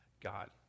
God